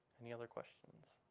any other questions?